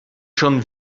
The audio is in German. schon